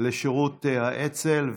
לשירות האצ"ל,